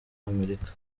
amerika